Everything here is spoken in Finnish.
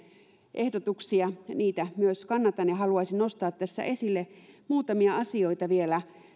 ehdotuksia niitä myös kannatan ja haluaisin nostaa tässä esille muutamia asioita vielä